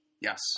Yes